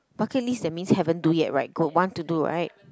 bucket list that means haven't do yet right go want to do right